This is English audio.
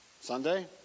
Sunday